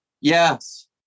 yes